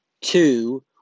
Two